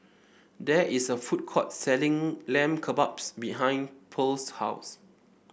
there is a food court selling Lamb Kebabs behind Pearle's house